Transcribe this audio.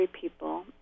people